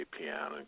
piano